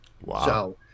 Wow